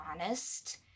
honest